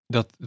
Dat